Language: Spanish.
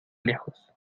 lejos